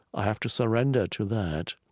i have to surrender to that.